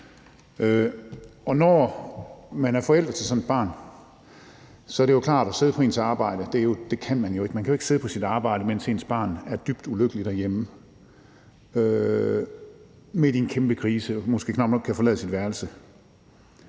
Når man er forælder til sådan et barn, er det klart, at man ikke kan sidde på ens arbejde. Det kan man jo ikke. Man kan ikke sidde på sit arbejde, mens ens barn er dybt ulykkeligt derhjemme, er midt i en kæmpe krise og måske knap nok kan forlade sit værelse.